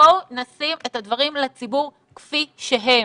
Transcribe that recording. בואו נשים את הדברים לציבור כפי שהם.